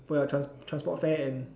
for your trans~ transport fare and